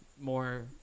more